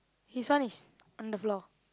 his one is on the floor